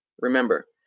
remember